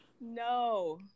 No